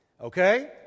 okay